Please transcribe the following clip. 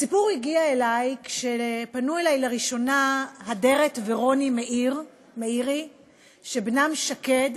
הסיפור הגיע אלי כשפנו אלי לראשונה הדרת ורוני מאירי שבנם שקד,